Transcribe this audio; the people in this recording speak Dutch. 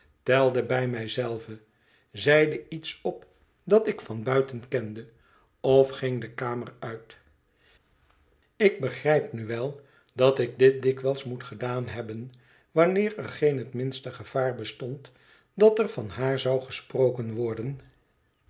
telde bij mij zelve zeide iets op dat ik van buiten kende of ging de kamer uit ik begrijp nü wel dat ik dit dikwijls moet gedaan hebben wanneer er geen het minste gevaar bestond dat er van haar zou gesproken worden